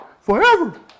forever